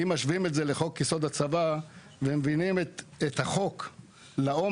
אם משווים את זה לחוק-יסוד: הצבא ןמבינים את החוק לעומק,